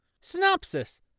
Synopsis